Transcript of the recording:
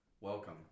Welcome